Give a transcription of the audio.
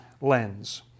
lens